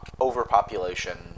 overpopulation